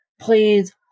please